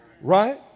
Right